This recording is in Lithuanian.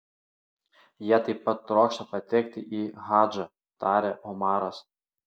jie taip pat trokšta patekti į hadžą tarė omaras